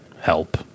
help